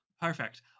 perfect